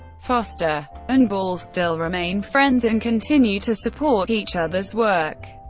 foster and borle still remain friends and continue to support each other's work.